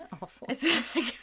Awful